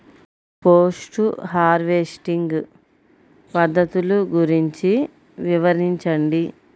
Post harvesting పద్ధతులు గురించి వివరించండి?